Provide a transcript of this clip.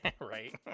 right